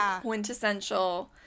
quintessential